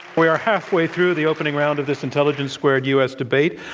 we are halfway through the opening round of this intelligence squared u. s. debate.